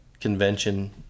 convention